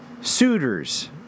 suitors